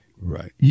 Right